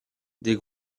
des